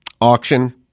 auction